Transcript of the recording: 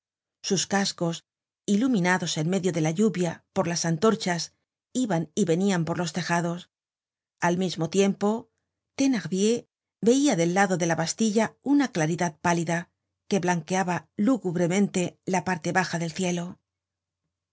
sus cascos iluminados en medio de la lluvia por las antorchas iban y venian por los tejados al mismo tiempo thenardier veia del lado de la bastilla una claridad pálida que blanqueaba lúgubremente la parte baja del cielo